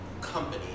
company